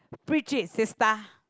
preach it sistah